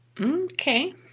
Okay